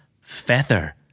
Feather